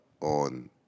on